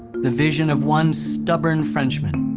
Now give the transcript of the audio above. the vision of one stubborn frenchman,